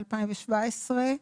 מ-2017,